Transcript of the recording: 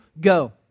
Go